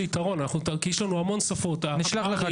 הם עשו את זה בהתנדבות.